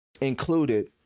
included